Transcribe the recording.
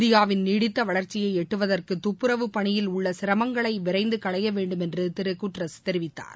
இந்தியாவின் நீடித்த வளர்ச்சியை எட்டுவதற்கு துப்புரவு பணியில் உள்ள சிரமங்களை விரைந்து களையவேண்டும் என்று திரு குட்ரஸ் தெரிவித்தார்